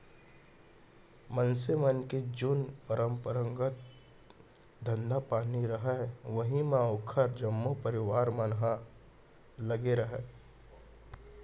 मनसे मन के जेन परपंरागत धंधा पानी रहय उही म ओखर जम्मो परवार मन ह लगे रहय